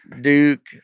Duke